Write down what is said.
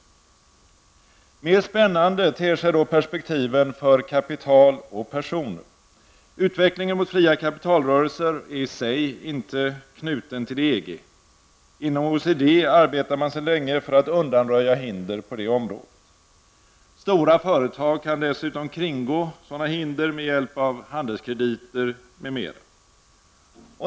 Mer spännande ter sig då perspektiven för kapital och personer. Utvecklingen mot fria kapitalrörelser är i sig inte knuten till EG. Inom OECD arbetar man sedan länge för att undanröja hinder på detta område. Stora företag kan dessutom kringgå sådana hinder med hjälp av handelskrediter m.m.